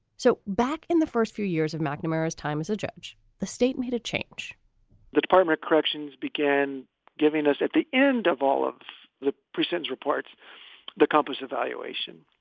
so back in the first few years of mcnamara's time as a judge, the state made a change the department of corrections began giving us at the end of all of the prisons, reports the complex evaluation